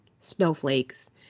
snowflakes